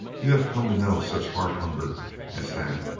you have come to know such heart hunger as that?